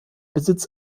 besitz